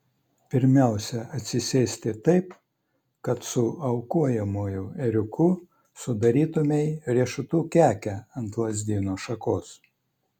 pirmiausia atsisėsti taip kad su aukojamuoju ėriuku sudarytumei riešutų kekę ant lazdyno šakos